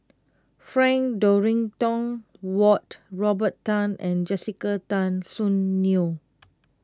Frank Dorrington Ward Robert Tan and Jessica Tan Soon Neo